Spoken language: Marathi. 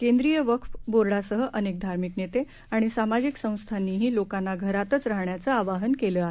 केंद्रीय वक्फ बोर्डासह अनेक धार्मिक नेते आणि सामाजिक संस्थांनीही लोकांना घरातच राहण्याचं आवाहन केले आहे